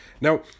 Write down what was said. Now